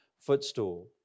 footstool